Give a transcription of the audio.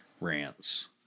rants